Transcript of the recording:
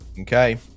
okay